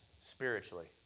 spiritually